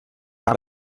par